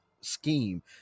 scheme